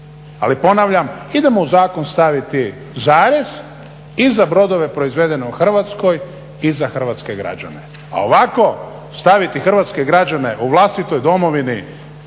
ali ponavljam idemo u zakon staviti zarez, i za brodove proizvedene u Hrvatskoj i za hrvatske građane, a ovako staviti hrvatske građane u vlastitoj domovini